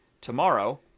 tomorrow